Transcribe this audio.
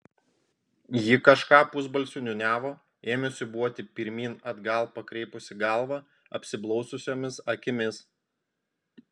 ji kažką pusbalsiu niūniavo ėmė siūbuoti pirmyn atgal pakreipusi galvą apsiblaususiomis akimis